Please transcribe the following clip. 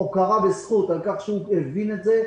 הוקרה על כך שהוא הבין את זה,